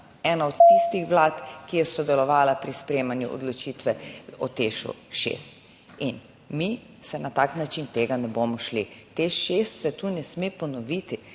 ena od tistih vlad, ki je sodelovala pri sprejemanju odločitve o Tešu 6 in mi se na tak način tega ne bomo šli. Teš 6 se tu ne sme ponoviti,